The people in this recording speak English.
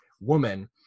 woman